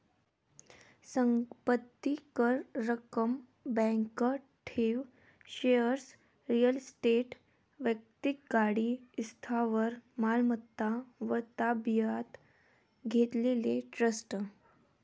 संपत्ती कर, रक्कम, बँक ठेव, शेअर्स, रिअल इस्टेट, वैक्तिक गाडी, स्थावर मालमत्ता व ताब्यात घेतलेले ट्रस्ट